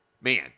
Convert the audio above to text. man